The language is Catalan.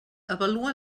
avalua